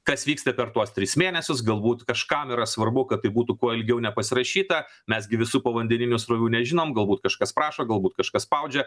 kas vyksta per tuos tris mėnesius galbūt kažkam yra svarbu kad tai būtų kuo ilgiau nepasirašyta mes gi visų povandeninių srovių nežinom galbūt kažkas prašo galbūt kažkas spaudžia